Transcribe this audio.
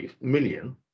million